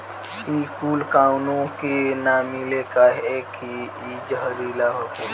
इ कूल काउनो के ना मिले कहे की इ जहरीला होखेला